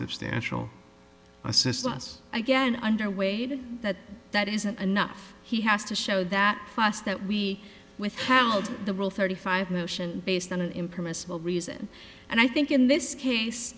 substantial assistance again under way to that that isn't enough he has to show that fast that we withheld the rule thirty five motion based on an impermissible reason and i think in this case